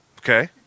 Okay